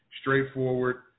straightforward